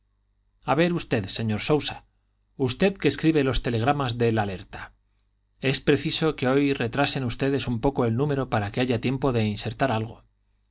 a ver usted señor sousa usted que escribe los telegramas del alerta es preciso que hoy retrasen ustedes un poco el número para que haya tiempo de insertar algo